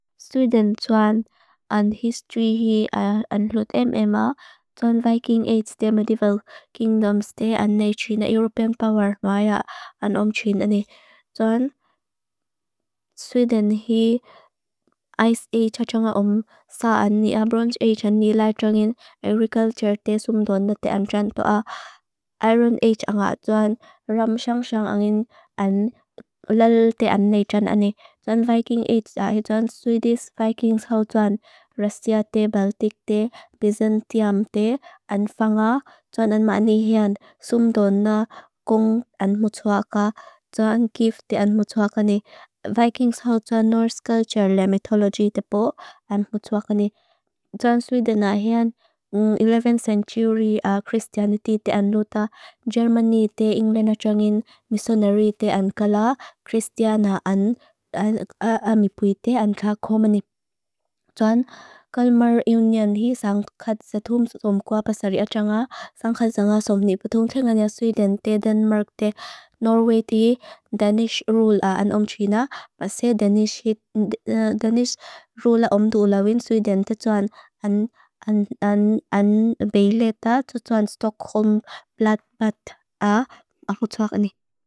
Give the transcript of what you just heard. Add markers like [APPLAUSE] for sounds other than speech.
Sweden tuan an history hi an hlut em em a, tuan Viking Age de Medieval Kingdoms de an ne china European Power ma a ya an om china ne. Tuan [HESITATION] Sweden hi Ice Age a chunga om sa an ni a Bronze Age an ni la chungin Agriculture te sumdun na te an chanta a Iron Age an a tuan Ramshanshan an in an ulal te an ne chanta ne. Tuan Viking Age de a hi tuan Swedish Vikings hau tuan Russia te Baltic te Byzantium te an fanga tuan an ma ni hi an sumdun na gung an mutuaka tuan gift te an mutuaka ne Vikings hau tuan Norse Culture ne Mythology te po an mutuaka ne. Tuan Sweden ha hi an 11th Century Christianity te an luta Germany te Inglena chungin Missionary te an kala Christiana [HESITATION] an a mi pui te an ka koma ni [HESITATION] tuan Kalmar Union hi sang khatsa thum som kua pasari a chunga sang khatsa nga som ni putung chunga ni a Sweden te Denmark te Norway te Danish Rule an om china. [HESITATION] Danish Rule an Sweden te an [HESITATION] beile te tuan Stockholm Bloodbath a mutuaka ne.